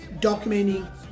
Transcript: documenting